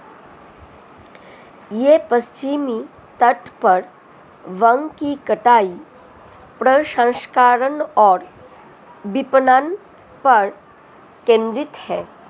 यह पश्चिमी तट पर भांग की कटाई, प्रसंस्करण और विपणन पर केंद्रित है